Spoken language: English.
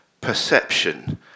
perception